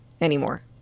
anymore